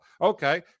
Okay